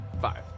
Five